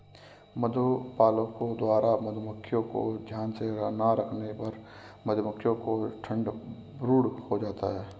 मधुपालकों द्वारा मधुमक्खियों को ध्यान से ना रखने पर मधुमक्खियों को ठंड ब्रूड हो सकता है